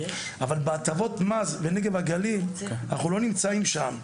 אבל בהטבות מס בנגב והגליל אנחנו לא נמצאים שם,